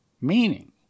meaning